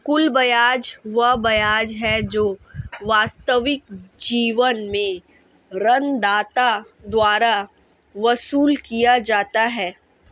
कुल ब्याज वह ब्याज है जो वास्तविक जीवन में ऋणदाता द्वारा वसूल किया जाता है